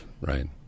Right